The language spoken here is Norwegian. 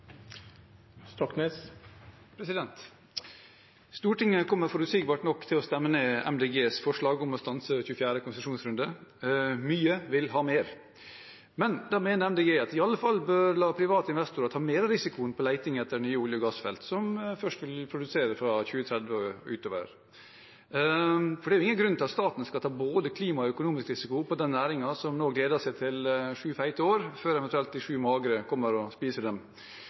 Stortinget kommer forutsigbart nok til å stemme ned MDGs forslag om å stanse 24. konsesjonsrunde. Mye vil ha mer! Men da mener MDG at vi i alle fall bør la private investorer ta mer av risikoen for leting etter ny olje- og gassfelt, som først vil produsere fra 2030 og utover. For det er jo ingen grunn til at staten skal ta både klimarisiko og økonomisk risiko for den næringen som nå gleder seg til sju fete år, før de sju magre eventuelt kommer og spiser dem.